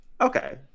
Okay